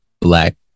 black